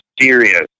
serious